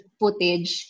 footage